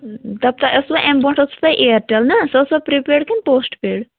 دَپ تۄہہِ ٲسوا امہِ برٛونٛٹھ ٲسٕو تۄہہِ اِیَرٹٮ۪ل نَہ سۄ ٲسوا پِرٛیپیڈ کِنہٕ پوسٹ پیڈ